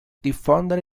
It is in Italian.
diffondere